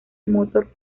motor